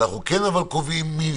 אבל אנחנו כן קובעים מינימום,